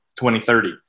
2030